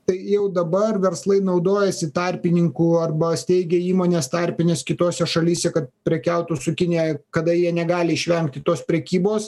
tai jau dabar verslai naudojasi tarpininkų arba steigia įmones tarpines kitose šalyse kad prekiautų su kinija kada jie negali išvengti tos prekybos